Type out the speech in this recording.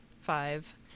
five